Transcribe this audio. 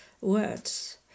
words